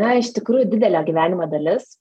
na iš tikrųjų didelė gyvenimo dalis